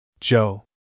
Joe